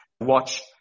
watch